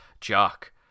jock